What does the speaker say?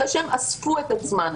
אחרי שהן אספו את עצמן,